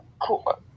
Cool